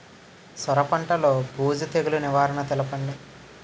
సొర పంటలో బూజు తెగులు నివారణ తెలపండి?